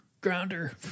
Grounder